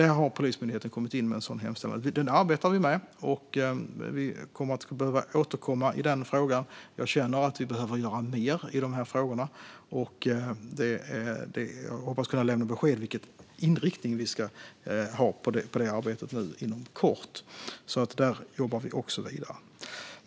Polismyndigheten har kommit in med en sådan hemställan. Den arbetar vi med. Vi kommer att behöva återkomma i den frågan. Jag känner att vi behöver göra mer i dessa frågor, och jag hoppas inom kort kunna lämna besked om vilken inriktning vi ska ha på det arbetet. Där jobbar vi alltså vidare.